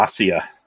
Asia